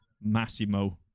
Massimo